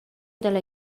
dalla